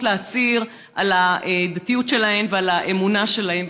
להצהיר על הדתיות שלהן ועל האמונה שלהן.